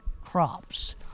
crops